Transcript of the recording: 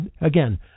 again